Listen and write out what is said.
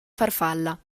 farfalla